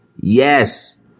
yes